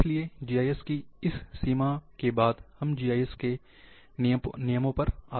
इसलिए जीआईएस की इस सीमा के बाद हम जीआईएस के नियमों पर आते हैं